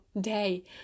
day